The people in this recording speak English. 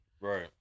Right